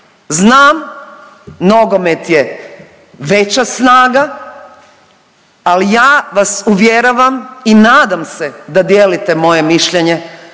Znam nogomet je veća snaga, ali ja vas uvjeravam i nadam se da dijelite moje mišljenje